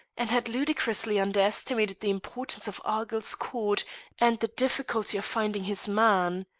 and had ludicrously underestimated the importance of argyll's court and the difficulty of finding his man.